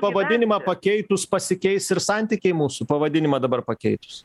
pavadinimą pakeitus pasikeis ir santykiai mūsų pavadinimą dabar pakeitus